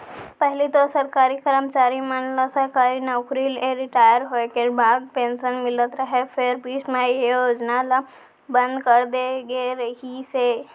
पहिली तो सरकारी करमचारी मन ल सरकारी नउकरी ले रिटायर होय के बाद पेंसन मिलत रहय फेर बीच म ए योजना ल बंद करे दे गे रिहिस हे